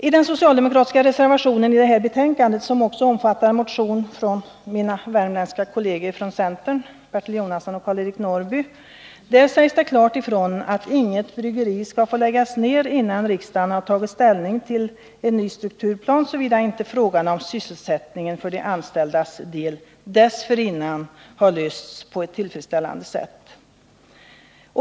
I den socialdemokratiska reservationen till det här betänkandet — som också omfattar en motion från mina värmländska kolleger från centern, Bertil Jonasson och Karl-Eric Norrby — sägs det klart ifrån att inget bryggeri skall få läggas ned, såvida inte frågan om sysselsättningen för de anställdas del dessförinnan har lösts på ett tillfredsställande sätt.